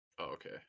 okay